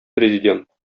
президент